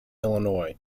illinois